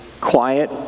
quiet